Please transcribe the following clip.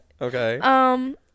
Okay